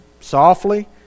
softly